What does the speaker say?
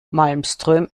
malmström